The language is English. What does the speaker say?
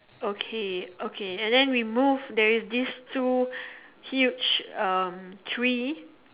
okay okay and then we move there is this two huge um tree